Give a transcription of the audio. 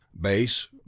base